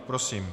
Prosím.